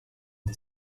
the